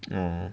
orh